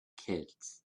kids